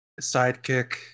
sidekick